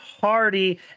Hardy